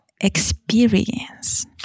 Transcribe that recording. experience